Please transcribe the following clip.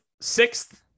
sixth